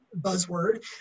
buzzword